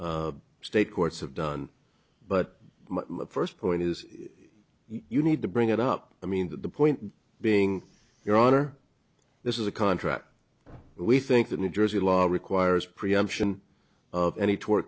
state courts have done but my first point is you need to bring it up i mean the point being your honor this is a contract we think that new jersey law requires preemption of any tor